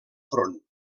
front